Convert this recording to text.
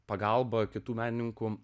pagalba kitų menininkų